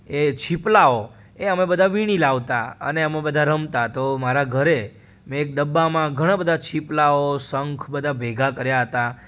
એ છીપલાઓ એ અમે બધાં વીણી લાવતાં અને અમે બધાં રમતા તો મારાં ઘરે મેં એક ડબ્બામાં ઘણાં બધાં છીપલાઓ શંખ બધા ભેગા કર્યા હતા